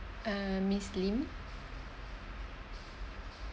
err miss lim